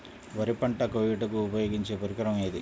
వరి పంట కోయుటకు ఉపయోగించే పరికరం ఏది?